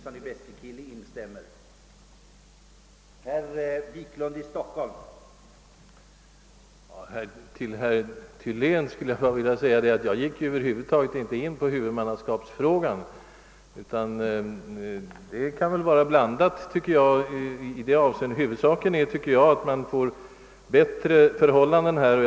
Herr talman! Jag gick, herr Thylén, över huvud taget inte in på huvudmannaskapsfrågan. I det avseendet kan det väl få vara ett blandat system. Enligt min mening är huvudsaken att man får till stånd större kapacitet och bättre förhållanden vad gäller hamnarna för fritidsbåtar.